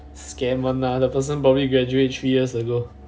scam one lah the person probably graduated three years ago